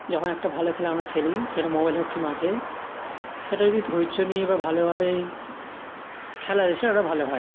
যখন একটা ভালো খেলা আমরা খেলি সেটা মোবাইল হোক কি মাঠে সেটা যদি ধৈর্য নিয়ে বা ভালোভাবেই খেলার ভালো হয়